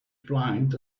flagged